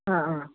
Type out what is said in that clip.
অ অ